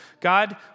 God